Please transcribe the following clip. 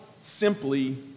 simply